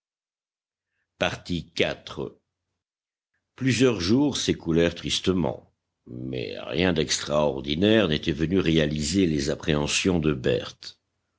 funestes plusieurs jours s'écoulèrent tristement mais rien d'extraordinaire n'était venu réaliser les appréhensions de berthe